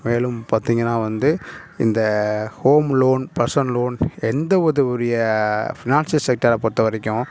மேலும் பார்த்திங்கனா வந்து இந்த ஹோம் லோன் பெர்சனல் லோன் எந்த ஒரு உரிய பினான்சியல் செக்டாரை பொறுத்த வரைக்கும்